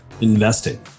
investing